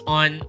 on